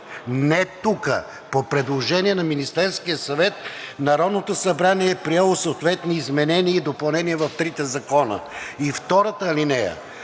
не тука, по предложение на Министерския съвет Народното събрание е приело съответни изменения и допълнения в трите закона. И втората алинея